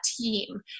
team